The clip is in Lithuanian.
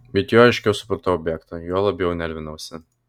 bet juo aiškiau supratau objektą juo labiau nervinausi